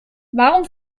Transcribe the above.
warum